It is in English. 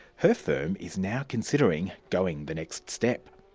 her firm is now considering going the next step.